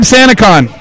SantaCon